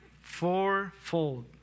fourfold